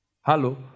Hello